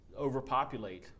overpopulate